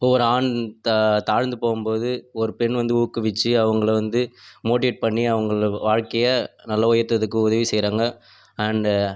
இப்போ ஒரு ஆண் தா தாழ்ந்து போகும் போது ஒரு பெண் வந்து ஊக்குவித்து அவங்கள வந்து மோட்டிவேட் பண்ணி அவங்கள வாழ்க்கையை நல்ல உயர்த்துகிறதுக்கு உதவி செய்கிறாங்க அண்டு